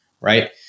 Right